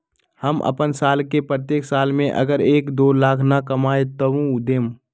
हम अपन साल के प्रत्येक साल मे अगर एक, दो लाख न कमाये तवु देम?